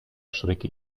schrecke